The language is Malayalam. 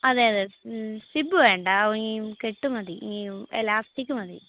അതെ അതെ സിബ് വേണ്ട ഈ കെട്ടു മതി ഈ എലാസ്റ്റിക് മതി